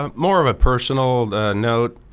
um more of ah personal note,